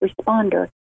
responder